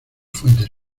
fuentes